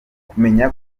kumenya